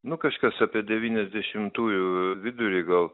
nu kažkas apie devyniasdešimtųjų vidurį gal